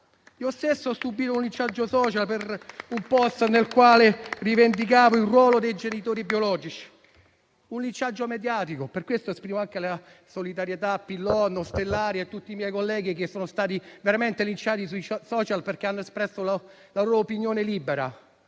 Io stesso ho subito un linciaggio *social* per un *post* nel quale rivendicavo il ruolo dei genitori biologici, un linciaggio mediatico. Per questo esprimo solidarietà ai senatori Pillon, Ostellari e a tutti i miei colleghi che sono stati veramente linciati sui *social* perché hanno espresso la loro opinione libera: